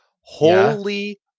Holy